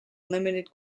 limited